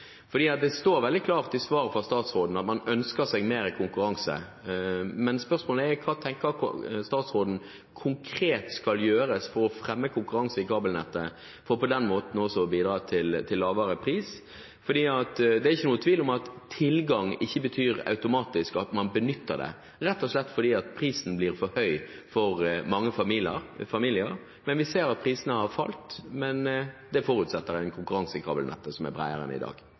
Spørsmålet er: Hva mener statsråden konkret skal gjøres for å fremme konkurranse i kabelnettet, for på den måten også å bidra til lavere pris? Det er ikke noen tvil om at tilgang ikke automatisk betyr at man benytter det, rett og slett fordi prisen blir for høy for mange familier. Vi ser at prisene har falt, men det forutsettes en konkurranse i kabelnettet som er bredere enn i dag.